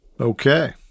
Okay